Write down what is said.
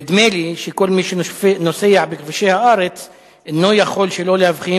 נדמה לי שכל מי שנוסע בכבישי הארץ אינו יכול שלא להבחין